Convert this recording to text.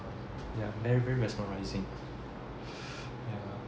yeah then very mesmerising